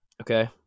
Okay